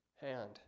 hand